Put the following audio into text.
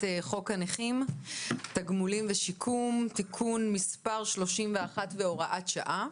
חוק הנכים (תגמולים ושיקום) (תיקון מס' 31 והוראת שעה),